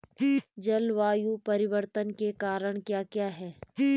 जलवायु परिवर्तन के कारण क्या क्या हैं?